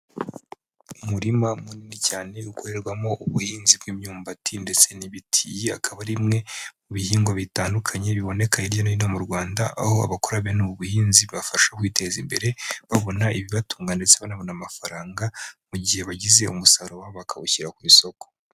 Umurima munini cyane ukorerwamo ubuhinzi bw'imyumbati ndetse n'ibiti. Iyi akaba ari imwe mu bihingwa bitandukanye biboneka hirya no hino mu Rwanda, aho abakora bene ubuhinzi bafasha kwiteza imbere, babona ibibatunga ndetse banabona amafaranga mu gihe bagize umusaruro wabo bakawushyira ku isoko.